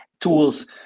tools